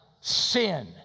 sin